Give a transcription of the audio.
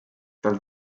tal